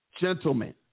gentlemen